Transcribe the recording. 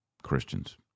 christians